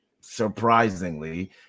surprisingly